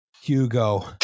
Hugo